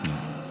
שנייה.